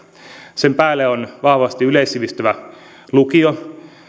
sen päälle on vahvasti yleissivistävä lukio